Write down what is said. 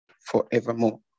forevermore